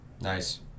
Nice